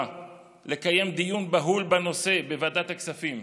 לקיים דיון בהול בנושא בוועדת הכספים.